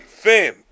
Fam